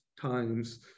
times